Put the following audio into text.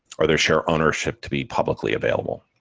or their share ownership to be publicly available.